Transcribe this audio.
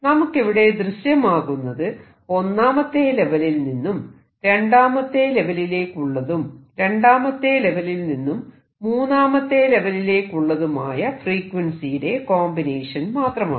നമുക്ക് ഇവിടെ ദൃശ്യമാകുന്നത് ഒന്നാമത്തെ ലെവലിൽ നിന്നും രണ്ടാമത്തെ ലെവലിലേക്കുള്ളതും രണ്ടാമത്തെ ലെവലിൽ നിന്നും മൂന്നാമത്തെ ലെവലിലേക്കുള്ളതുമായ ഫ്രീക്വൻസിയുടെ കോമ്പിനേഷൻ മാത്രമാണ്